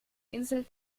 insel